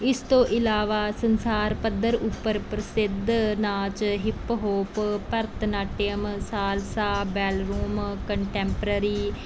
ਇਸ ਤੋਂ ਇਲਾਵਾ ਸੰਸਾਰ ਪੱਧਰ ਉੱਪਰ ਪ੍ਰਸਿੱਧ ਨਾਚ hip hop Bharatanatyam salsa ballroom contemporary